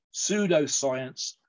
pseudoscience